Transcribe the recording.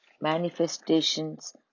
manifestations